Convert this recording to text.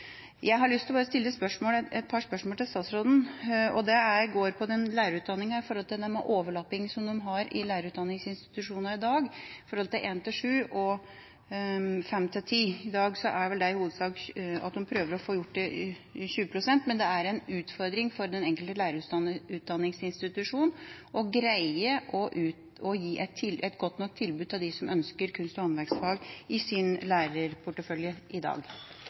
Jeg har lyst til å stille et par spørsmål til statsråden. Det handler om lærerutdanninga i forhold til den overlappinga som de har i lærerutdanningsinstitusjonene i dag, forholdet 1–7 og 5–10. I dag er vel det i hovedsak slik at de prøver å få gjort det 20 pst., men det er en utfordring for den enkelte lærerutdanningsinstitusjon å greie å gi et godt nok tilbud til dem som ønsker kunst- og håndverksfag i sin lærerportefølje i dag.